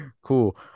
cool